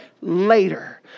later